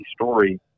story